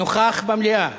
לא לא, יש.